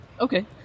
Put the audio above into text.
Okay